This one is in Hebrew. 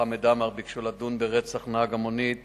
וחמד עמאר ביקשו לדון ברצח נהג המונית